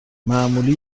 معمولی